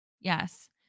Yes